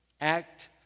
act